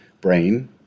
brain